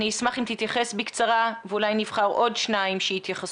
אני אשמח אם תתייחס בקצרה ואולי נבחר עוד שניים שיתייחסו.